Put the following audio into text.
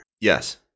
Yes